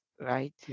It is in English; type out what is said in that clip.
right